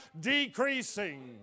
decreasing